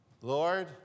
Lord